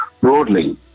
broadly